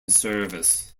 service